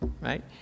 right